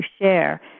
share